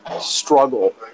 struggle